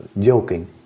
joking